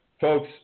Folks